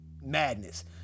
madness